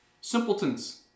Simpletons